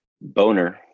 Boner